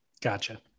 Gotcha